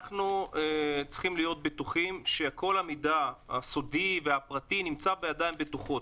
אנחנו צריכים להיות בטוחים שכל המידע הסודי והפרטי נמצא בידיים בטוחות.